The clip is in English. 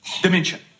dimension